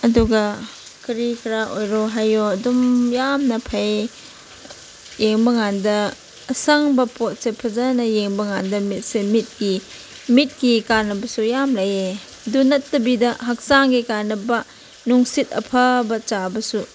ꯑꯗꯨꯒ ꯀꯔꯤ ꯀꯔꯥ ꯑꯣꯏꯔꯣ ꯍꯥꯏꯌꯣ ꯑꯗꯨꯝ ꯌꯥꯝꯅ ꯐꯩ ꯌꯦꯡꯕꯀꯥꯟꯗ ꯑꯁꯪꯕ ꯄꯣꯠꯁꯦ ꯐꯖꯅ ꯌꯦꯡꯕꯀꯥꯟꯗ ꯃꯤꯠꯁꯦ ꯃꯤꯠꯀꯤ ꯃꯤꯠꯀꯤ ꯀꯥꯟꯅꯕꯁꯨ ꯌꯥꯝ ꯂꯩꯌꯦ ꯑꯗꯨ ꯅꯠꯇꯕꯤꯗ ꯍꯛꯆꯥꯡꯒꯤ ꯀꯥꯟꯅꯕ ꯅꯨꯡꯁꯤꯠ ꯑꯐꯕ ꯆꯥꯕꯁꯨ